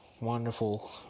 wonderful